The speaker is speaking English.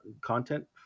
content